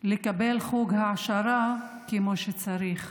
לקבל חוג העשרה כמו שצריך.